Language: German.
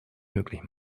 möglich